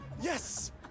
Yes